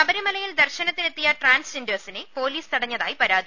ശബരിമല്യിൽ ദർശനത്തിനെത്തിയ ട്രാൻസ്ജെൻഡേഴ്സിനെ പൊലീസ് തടഞ്ഞതായി പരാതി